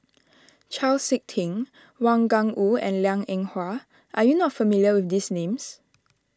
Chau Sik Ting Wang Gungwu and Liang Eng Hwa are you not familiar with these names